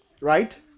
right